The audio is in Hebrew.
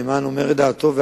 הנאמן אומר את דעתו,